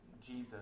Jesus